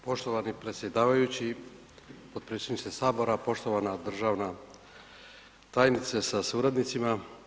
Poštovani predsjedavajući, potpredsjedniče sabora, poštovana državna tajnice sa suradnicima.